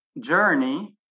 journey